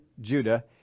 Judah